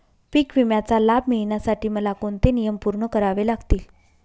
पीक विम्याचा लाभ मिळण्यासाठी मला कोणते नियम पूर्ण करावे लागतील?